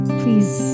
please